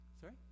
sorry